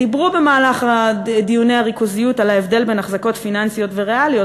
דיברו בדיוני הריכוזיות על ההבדל בין אחזקות פיננסיות וריאליות,